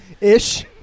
ish